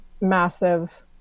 massive